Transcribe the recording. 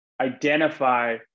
identify